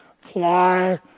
fly